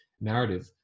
narrative